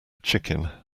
chicken